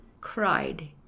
cried